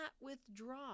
withdraw